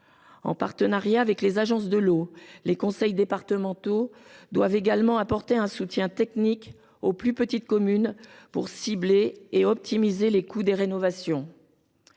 En partenariat avec les agences de l’eau, les conseils départementaux doivent également apporter un soutien technique aux plus petites communes pour cibler les rénovations